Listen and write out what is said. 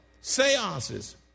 Seances